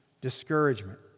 discouragement